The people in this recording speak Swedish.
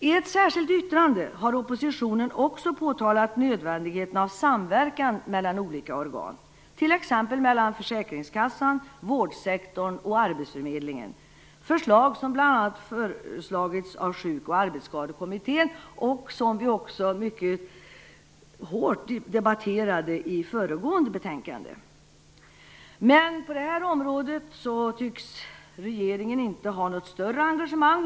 I ett särskilt yttrande har oppositionen också påtalat nödvändigheten av samverkan mellan olika organ, t.ex. mellan försäkringskassan, vårdsektorn och arbetsförmedlingen. Det är ett förslag som bl.a. har förts fram av Sjuk och arbetsskadekommittén och som vi debatterade mycket hårt i samband med föregående betänkande. På det här området tycks regeringen inte ha något större engagemang.